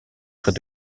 près